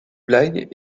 blagues